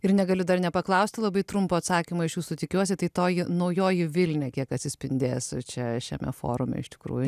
ir negaliu dar nepaklausti labai trumpo atsakymo iš jūsų tikiuosi tai toji naujoji vilnia kiek atsispindės čia šiame forume iš tikrųjų